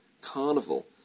Carnival